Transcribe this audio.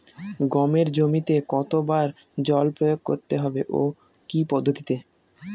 গমের জমিতে কতো বার জল প্রয়োগ করতে হবে ও কি পদ্ধতিতে?